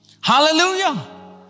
Hallelujah